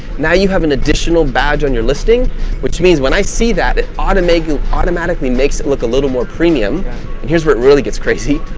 now, you have an additional badge on your listing which means when i see that, it automatically automatically makes it look a little more premium. and here's where it really gets crazy,